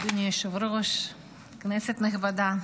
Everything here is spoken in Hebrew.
אדוני היושב-ראש, כנסת נכבדה,